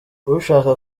ushaka